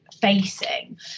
facing